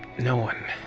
no one.